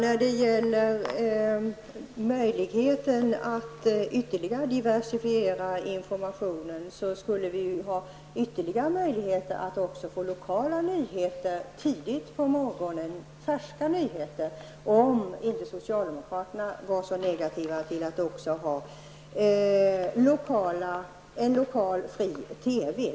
Fru talman! Med en ytterligare diversifiering av informationen skulle vi också ha möjligheter att få färska lokala nyheter tidigt på morgonen -- om inte socialdemokraterna var så negativa till en fri lokal TV.